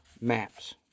maps